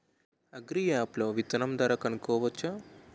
Agri app లో విత్తనం ధర కనుకోవచ్చా?